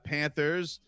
Panthers